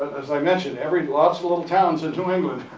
as i mentioned every, lots of little towns in new england,